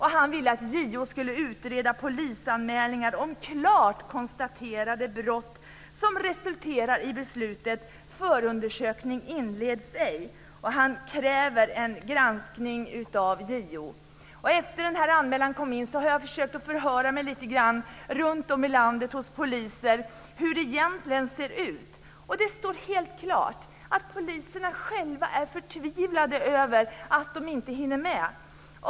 Han ville att JO skulle utreda polisanmälningar om klart konstaterade brott som resulterar i beslutet "förundersökning inleds ej". Han kräver en granskning av JO. Efter att den här anmälan kom in har jag försökt förhöra mig lite grann runtom i landet bland poliser om hur det egentligen ser ut. Det står helt klart att poliserna själva är förtvivlade över att de inte hinner med.